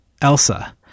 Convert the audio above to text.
Elsa